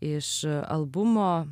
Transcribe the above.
iš albumo